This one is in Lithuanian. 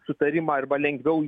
sutarimą arba lengviau